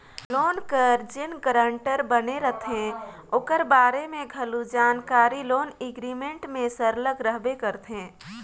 loan कर जेन guarantor बने रहथे ओकर बारे में घलो जानकारी लोन एग्रीमेंट में सरलग रहबे करथे